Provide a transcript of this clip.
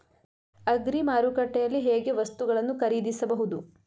Agri ಮಾರುಕಟ್ಟೆಯಲ್ಲಿ ಹೇಗೆ ವಸ್ತುಗಳನ್ನು ಖರೀದಿಸಬಹುದು?